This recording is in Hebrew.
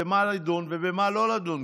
במה לדון ובמה לא לדון,